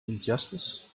injustice